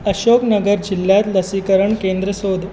अशोकनगर जिल्ल्यांत लसीकरण केंद्र सोद